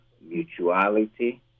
mutuality